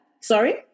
Sorry